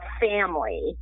family